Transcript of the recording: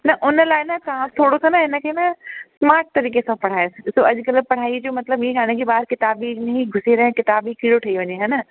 त उन लाइ न तव्हां थोड़ो सां न हिनखे न स्मार्ट तरीक़े सां पढ़ायोसि तो अॼुकल्ह पढ़ाईअ जो मतिलबु हीअ कोन्हे की ॿार किताबुनि में ई घुसी रहे किताबी कीड़ो ठही वञे हे न